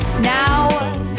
Now